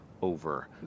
over